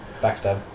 backstab